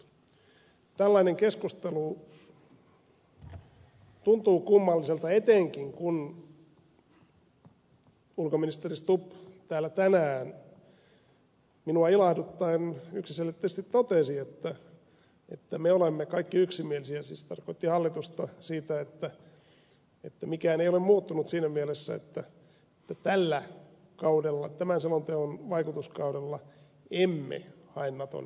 tällainen keskustelu tuntuu kummalliselta etenkin kun ulkoministeri stubb täällä tänään minua ilahduttaen yksiselitteisesti totesi että me olemme kaikki yksimielisiä siis tarkoitti hallitusta siitä että mikään ei ole muuttunut siinä mielessä että tällä kaudella tämän selonteon vaikutuskaudella emme hae naton jäsenyyttä